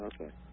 okay